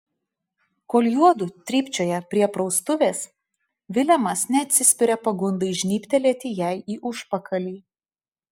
kol juodu trypčioja prie praustuvės vilemas neatsispiria pagundai žnybtelėti jai į užpakalį